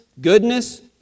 goodness